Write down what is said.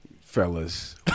fellas